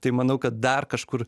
tai manau kad dar kažkur